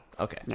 Okay